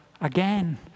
again